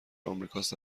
آمریکاست